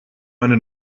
meine